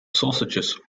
sausages